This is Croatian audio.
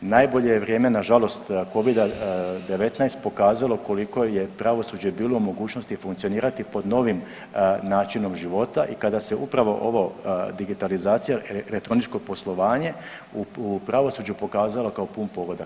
Najbolje je vrijeme nažalost Covida-19 pokazalo koliko je pravosuđe bilo u mogućnosti funkcionirati pod novim načinom života i kada se upravo ovo digitalizacija elektroničko poslovanje u pravosuđu pokazalo kao pun pogodak.